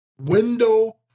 window